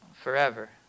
forever